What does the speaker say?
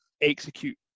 execute